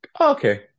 Okay